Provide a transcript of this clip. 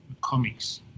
comics